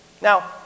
Now